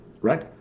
right